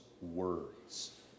words